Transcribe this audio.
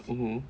mmhmm